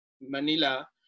Manila